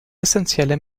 essenzielle